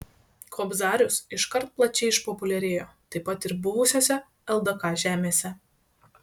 kobzarius iškart plačiai išpopuliarėjo taip pat ir buvusiose ldk žemėse